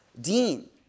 deen